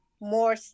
more